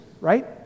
right